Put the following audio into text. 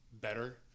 better